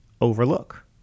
overlook